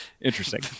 interesting